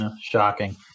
Shocking